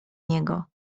niego